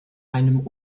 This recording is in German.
einem